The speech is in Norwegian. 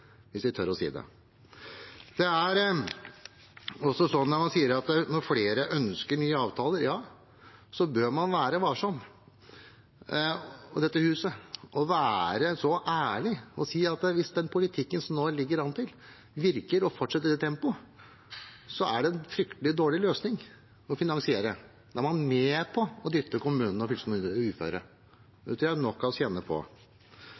hvis vi tør å si det. Når man på dette huset sier at flere ønsker nye avtaler, bør man være varsom – man bør være så ærlig og si at hvis den politikken som det nå ligger an til, virker og fortsetter i det tempoet, er det en fryktelig dårlig løsning for å finansiere. Da er man med på å dytte kommunene og fylkeskommunene ut i uføre. Det tror jeg mange av oss kjenner på.